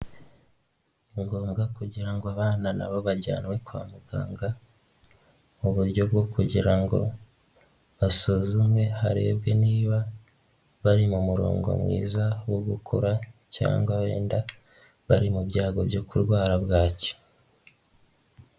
Ni ngombwa kugira ngo abana na bo bajyanwe kwa muganga mu buryo bwo kugira ngo basuzumwe harebwe niba bari mu murongo mwiza wo gukura cyangwa wenda bari mu byago byo kurwara Bwaki.